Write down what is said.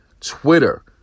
Twitter